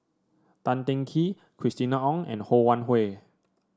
Tan Teng Kee Christina Ong and Ho Wan Hui